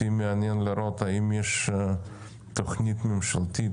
אותי מעניין לראות האם יש תוכנית ממשלתית,